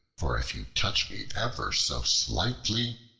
for if you touch me ever so slightly,